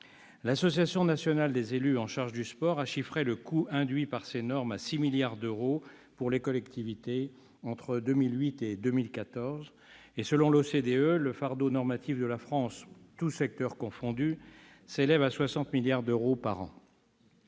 L'Association nationale des élus en charge du sport a chiffré le coût induit par ces normes à 6 milliards d'euros pour les collectivités entre 2008 et 2014. Selon l'OCDE, le fardeau normatif de la France, tous secteurs confondus, s'élève à 60 milliards d'euros par an.